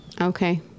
Okay